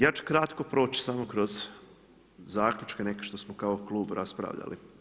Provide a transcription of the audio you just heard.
Ja ću kratko proć kroz zaključke neke što smo kao klub raspravljali.